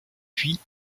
puis